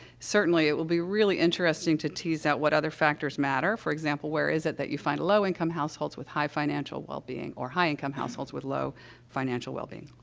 certainly, it will be really interesting to tease out what other factors matter. for example where is it that you find low-income households with high financial wellbeing or high-income households with low financial wellbeing?